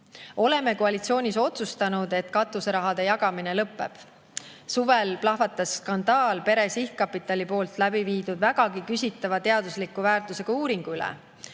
Oleme koalitsioonis otsustanud, et katuseraha jagamine lõpeb. Suvel plahvatas skandaal Pere Sihtkapitali läbiviidud vägagi küsitava teadusliku väärtusega uuringu üle.